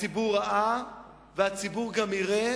הציבור ראה והציבור יראה,